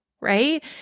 right